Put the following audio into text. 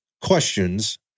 questions